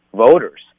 voters